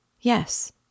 Yes